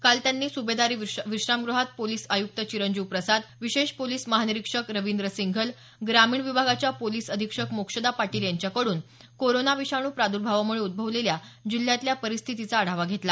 काल त्यांनी सुभेदारी विश्रामग़हात पोलीस आयुक्त चिरंजीव प्रसाद विशेष पोलीस महानिरीक्षक रविंद्र सिंघल ग्रामीण विभागाच्या पोलीस अधीक्षक मोक्षदा पाटील यांच्याकडून कोरना विषाणू प्रादुर्भावामुळे उद्भवलेल्या जिल्ह्यातल्या परिस्थितीचा आढावा घेतला